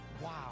Wow